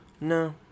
No